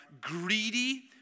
greedy